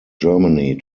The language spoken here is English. germany